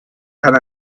kann